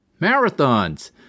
marathons